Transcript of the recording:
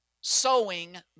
sowing